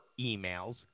emails